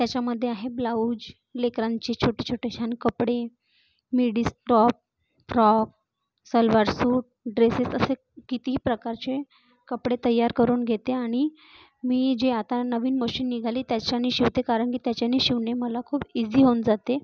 त्याच्यामध्ये आहे ब्लाऊज लेकरांची छोटे छोटे छान कपडे मेडीज top frock salwar suit dresses असे कितीही प्रकारचे कपडे तयार करून घेते आणि मी जे आता नवीन मशीन निघाली त्याच्याने शिवते कारण की त्याच्याने शिवणे मला खूप इजी होऊन जाते